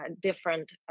different